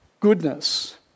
goodness